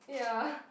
ya